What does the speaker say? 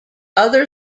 other